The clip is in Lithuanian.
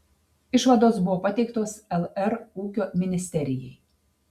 išvados buvo pateiktos lr ūkio ministerijai